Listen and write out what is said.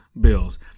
bills